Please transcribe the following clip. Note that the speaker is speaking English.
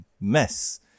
mess